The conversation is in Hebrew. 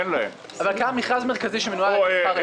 כאן מכרז מרכזי שמנוהל על ידי שכר העידוד.